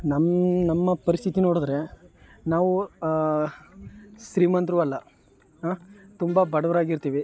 ನಮ್ಮ ನಮ್ಮ ಪರಿಸ್ಥಿತಿ ನೋಡಿದರೆ ನಾವು ಶ್ರೀಮಂತರೂ ಅಲ್ಲ ತುಂಬ ಬಡವರಾಗಿರ್ತೀವಿ